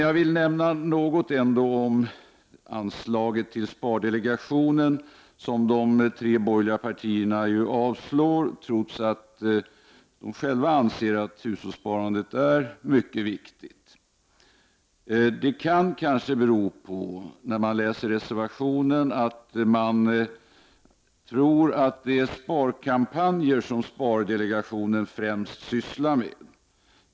Jag vill ändå nämna något om anslaget till spardelegationen, som de tre borgerliga partierna avstyrkt, trots att de själva anser att hushållssparandet är mycket viktigt. Det kanske beror på att de tror — man får det intrycket när man läser reservationen — att det är sparkampanjer som spardelegationen främst sysslar med.